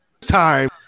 time